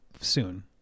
soon-